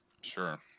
Sure